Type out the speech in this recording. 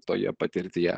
toje patirtyje